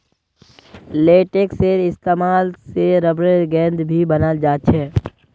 लेटेक्सेर इस्तेमाल से रबरेर गेंद भी बनाल जा छे